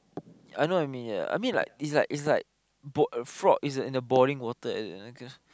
I know what you mean yea I mean like is like is like bo~ frog is in a boiling water like that